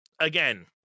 again